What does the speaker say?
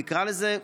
נקרא לזה,